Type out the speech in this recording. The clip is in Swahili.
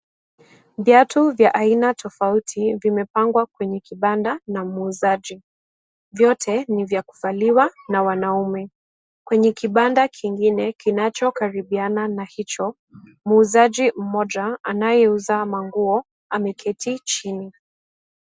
Viatu vya aina tofauti vimepagwa kwenye kibanda na muuzaji. Vyote ni vya kufaliwa na wanaume . Kwenye kitanda kingine kinachokaribiana na hicho ,muuzaji mmoja anayeuza manguo ameketi chini.